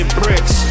bricks